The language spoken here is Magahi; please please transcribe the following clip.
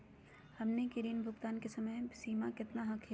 हमनी के ऋण भुगतान के समय सीमा केतना हखिन?